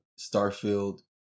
Starfield